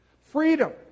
Freedom